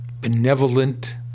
benevolent